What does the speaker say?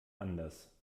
anders